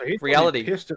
reality